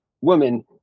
woman